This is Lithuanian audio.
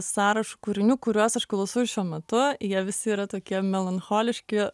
sąrašu kūrinių kuriuos aš klausau šiuo metu jie visi yra tokie melancholiški